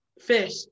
Fish